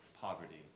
poverty